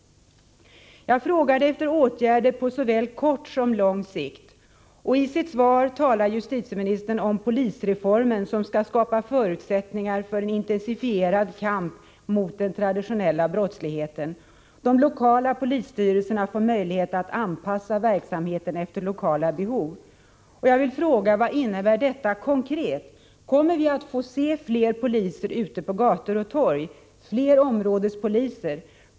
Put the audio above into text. Jag frågade justitieministern efter åtgärder på såväl kort som lång sikt. I sitt svar talar justitieministern om polisreformen, som skall skapa förutsättningar för en intensifierad kamp mot den traditionella brottsligheten. De lokala polisstyrelserna får möjlighet att anpassa verksamheten efter lokala behov. Jag vill fråga: Vad innebär detta konkret? Kommer vi att få se fler poliser ute på gator och torg, fler områdespoliser?